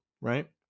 right